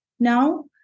now